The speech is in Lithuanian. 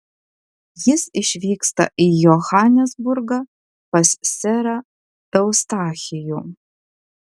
jis išvyksta į johanesburgą pas serą eustachijų